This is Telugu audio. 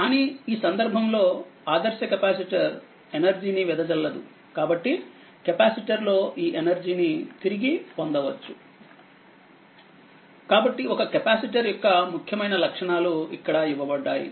కానీ ఈ సందర్భంలో ఆదర్శ కెపాసిటర్ ఎనర్జీ ని వెదజల్లదు కాబట్టి కెపాసిటర్ లో ఈ ఎనర్జీ ని తిరిగి పొందవచ్చు కాబట్టి ఒక కెపాసిటర్ యొక్క ముఖ్యమైన లక్షణాలు ఇక్కడ ఇవ్వబడ్డాయి